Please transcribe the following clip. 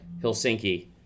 Helsinki